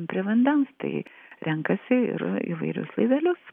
prie vandens tai renkasi ir įvairius laivelius